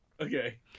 Okay